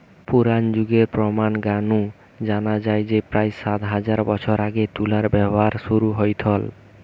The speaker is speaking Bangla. পুরনা যুগের প্রমান গা নু জানা যায় যে প্রায় সাত হাজার বছর আগে তুলার ব্যবহার শুরু হইথল